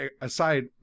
Aside